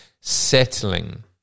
settling